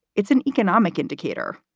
it's an economic indicator,